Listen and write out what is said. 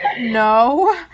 no